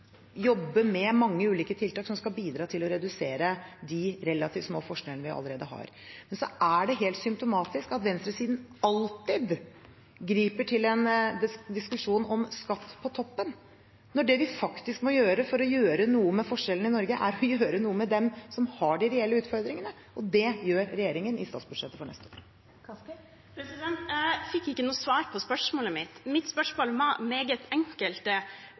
med mange ulike tiltak som skal bidra til å redusere de relativt små forskjellene vi allerede har. Det er helt symptomatisk at venstresiden alltid griper til en diskusjon om skatt på toppen, når det vi faktisk må gjøre for å gjøre noe med forskjellene i Norge, er å gjøre noe med dem som har de reelle utfordringene – og det gjør regjeringen i statsbudsjettet for neste år. Jeg fikk ikke noe svar på spørsmålet mitt. Mitt spørsmål var meget